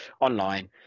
online